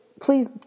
please